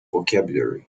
vocabulary